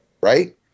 right